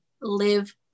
live